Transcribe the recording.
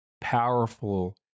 powerful